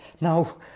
now